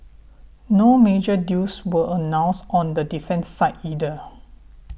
no major deals were announced on the defence side either